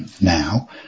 now